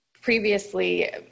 previously